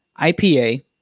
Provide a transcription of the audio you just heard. IPA